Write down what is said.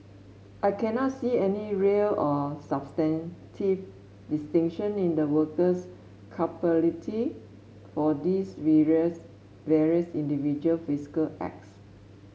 I cannot see any real or substantive distinction in the worker's culpability for these various individual physical acts